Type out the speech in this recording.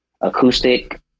acoustic